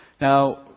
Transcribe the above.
Now